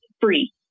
free